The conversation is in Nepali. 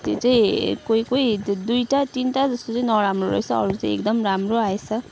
त्यो चाहिँ कोही कोही दुइटा तिनटा जस्तो चाहिँ नराम्रो रहेछस अरू चाहिँ एकदम राम्रो आएछ